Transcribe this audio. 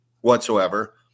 whatsoever